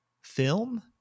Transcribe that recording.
film